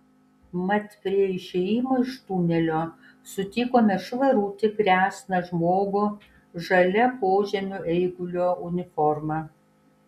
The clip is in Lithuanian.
mat prie išėjimo iš tunelio sutikome švarutį kresną žmogų žalia požemių eigulio uniforma